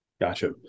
Gotcha